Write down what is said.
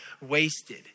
wasted